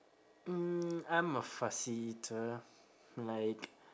mm I'm a fussy eater like